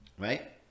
right